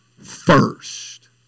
first